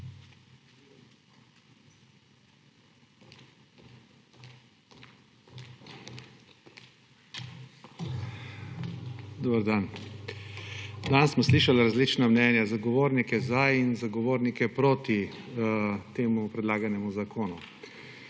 Dober dan! Danes smo slišali različna mnenja, zagovornike za in zagovornike proti temu predlaganemu zakonu.